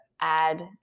add